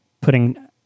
putting